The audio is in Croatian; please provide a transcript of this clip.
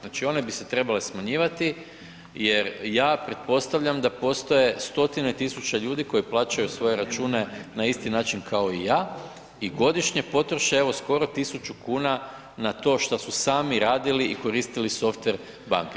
Znači, one bi se trebale smanjivati jer ja pretpostavljam da postoje stotine tisuća ljudi koji plaćaju svoje račune na isti način kao i ja i godišnje potroše evo skoro 1.000 kuna na to što su sami radili i koristili softver banke.